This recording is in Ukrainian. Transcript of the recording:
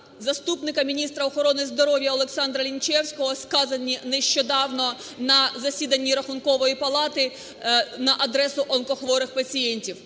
заступника міністра охорони здоров'я Олександра Лінчевського, сказані нещодавно на засіданні Рахункової палати на адресу онкохворих пацієнтів.